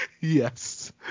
Yes